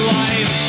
life